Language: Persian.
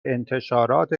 انتشارات